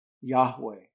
Yahweh